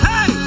Hey